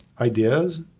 ideas